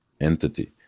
entity